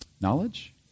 Knowledge